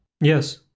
Yes